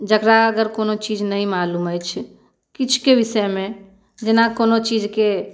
जकरा अगर कोनो चीज नहि मालूम अछि किछुके विषयमे जेना कोनो चीजके